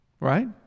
Right